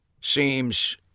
Seems